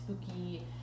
spooky